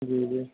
जी जी